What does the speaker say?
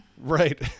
right